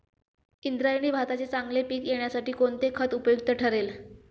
इंद्रायणी भाताचे चांगले पीक येण्यासाठी कोणते खत उपयुक्त ठरेल?